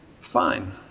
fine